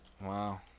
Wow